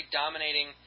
dominating